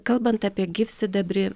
kalbant apie gyvsidabrį